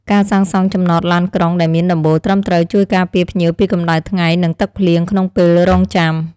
ការសាងសង់ចំណតឡានក្រុងដែលមានដំបូលត្រឹមត្រូវជួយការពារភ្ញៀវពីកម្តៅថ្ងៃនិងទឹកភ្លៀងក្នុងពេលរង់ចាំ។